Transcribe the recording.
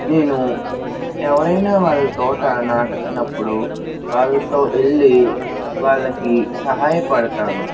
నేను ఎవరైనా వాళ్ళ తోట నాటుతున్నప్పుడు వాళ్ళతో వెళ్లి వాళ్ళకి సహాయపడతాను